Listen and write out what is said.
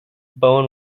bowen